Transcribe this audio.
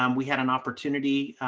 um we had an opportunity,